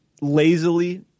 lazily